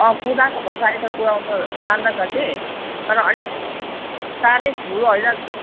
कुदाएको त साइकल कुदाउनु त जान्दछ कि तर अलिक साह्रै ठुलो होइन